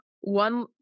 One